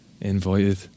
invited